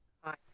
hi